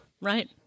Right